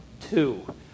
two